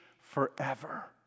forever